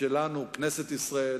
שלנו כנסת ישראל,